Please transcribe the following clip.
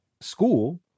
school